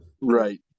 Right